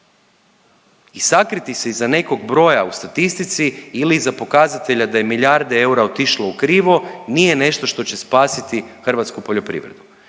I sakriti se iza nekog broja u statistici ili iza pokazatelja da je milijarde eura otišlo u krivo nije nešto što će spasiti hrvatsku poljoprivredu